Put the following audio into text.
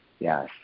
Yes